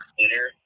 Twitter